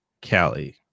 cali